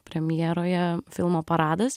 premjeroje filmo paradas